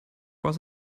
was